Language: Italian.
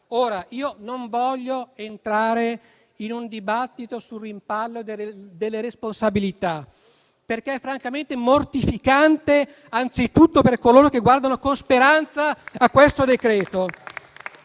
nostra. Non voglio entrare in un dibattito sul rimpallo delle responsabilità, perché è francamente mortificante anzitutto per coloro che guardano con speranza a questo